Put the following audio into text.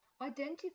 Identify